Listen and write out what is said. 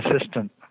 assistant